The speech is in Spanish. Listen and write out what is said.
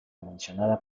mencionada